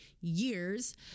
years